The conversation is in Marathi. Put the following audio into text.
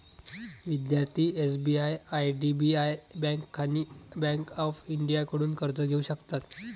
विद्यार्थी एस.बी.आय आय.डी.बी.आय बँक आणि बँक ऑफ इंडियाकडून कर्ज घेऊ शकतात